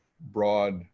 broad